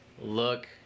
look